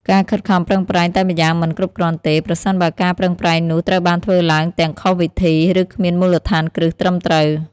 ការខិតខំប្រឹងប្រែងតែម្យ៉ាងមិនគ្រប់គ្រាន់ទេ ប្រសិនបើការប្រឹងប្រែងនោះត្រូវបានធ្វើឡើងទាំងខុសវិធី ឬគ្មានមូលដ្ឋានគ្រឹះត្រឹមត្រូវ។